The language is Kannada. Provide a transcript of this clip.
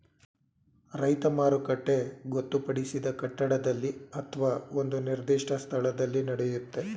ರೈತ ಮಾರುಕಟ್ಟೆ ಗೊತ್ತುಪಡಿಸಿದ ಕಟ್ಟಡದಲ್ಲಿ ಅತ್ವ ಒಂದು ನಿರ್ದಿಷ್ಟ ಸ್ಥಳದಲ್ಲಿ ನಡೆಯುತ್ತೆ